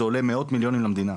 זה עולה מאות מיליונים למדינה,